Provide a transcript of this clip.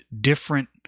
different